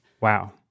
Wow